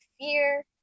fear